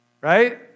right